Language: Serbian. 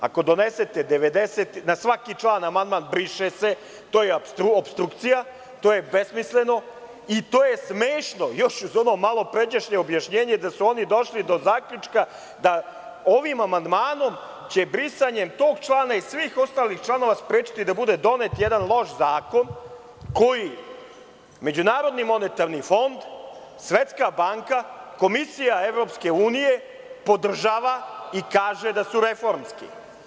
Ako donesete na 90, na svaki član – briše se, to je opstrukcija, to je besmisleno i to je smešno, još uz ono malopređašnje objašnjenje da su oni došli do zaključka da ovim amandmanom će brisanje tog člana i svih ostalih članova, sprečiti da bude donet jedan loš zakon, koji MMF, Svetska banka, Komisija EU podržava i kaže da su reformski.